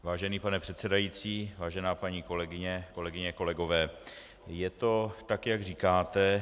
Vážený pane předsedající, vážená paní kolegyně, kolegyně a kolegové, je to tak, jak říkáte.